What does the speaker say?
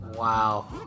Wow